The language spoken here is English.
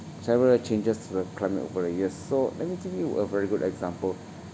several changes to the climate over the years so let me give you a very good example